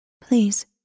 please